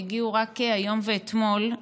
והגיעו רק היום ואתמול,